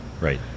Right